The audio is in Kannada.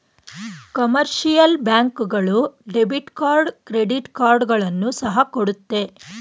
ಕಮರ್ಷಿಯಲ್ ಬ್ಯಾಂಕ್ ಗಳು ಡೆಬಿಟ್ ಕಾರ್ಡ್ ಕ್ರೆಡಿಟ್ ಕಾರ್ಡ್ಗಳನ್ನು ಸಹ ಕೊಡುತ್ತೆ